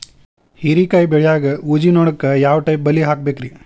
ಹೇರಿಕಾಯಿ ಬೆಳಿಯಾಗ ಊಜಿ ನೋಣಕ್ಕ ಯಾವ ಟೈಪ್ ಬಲಿ ಹಾಕಬೇಕ್ರಿ?